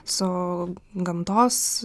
su gamtos